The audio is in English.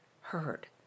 heard